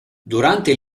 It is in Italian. durante